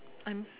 I'm